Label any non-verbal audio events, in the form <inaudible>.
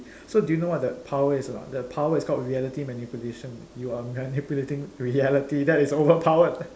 so do you know what the power is it or not the power is called reality manipulation you are manipulating reality that is overpowered <laughs>